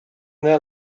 their